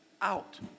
out